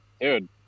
Dude